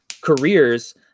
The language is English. careers